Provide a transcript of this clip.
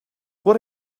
what